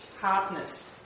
hardness